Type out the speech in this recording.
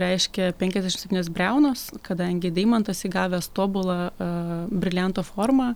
reiškia penkiasdešimt septynios briaunos kadangi deimantas įgavęs tobulą brilianto formą